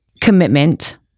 commitment